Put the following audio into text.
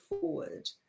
forward